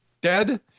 dead